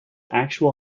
actual